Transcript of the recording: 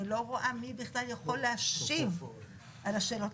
לא רואה מי בכלל יכול להשיב על השאלות.